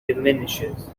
diminishes